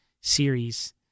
series